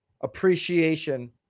appreciation